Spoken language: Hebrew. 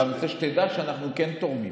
אבל אני רוצה שתדע שאנחנו כן תורמים.